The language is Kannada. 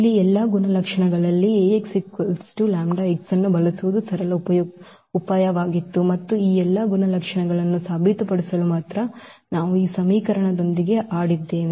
ಇಲ್ಲಿ ಈ ಎಲ್ಲಾ ಗುಣಲಕ್ಷಣಗಳಲ್ಲಿ ಈ Ax λx ಅನ್ನು ಬಳಸುವುದು ಸರಳ ಉಪಾಯವಾಗಿತ್ತು ಮತ್ತು ಈ ಎಲ್ಲಾ ಗುಣಲಕ್ಷಣಗಳನ್ನು ಸಾಬೀತುಪಡಿಸಲು ಮಾತ್ರ ನಾವು ಈ ಸಮೀಕರಣದೊಂದಿಗೆ ಆಡಿದ್ದೇವೆ